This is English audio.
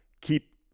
keep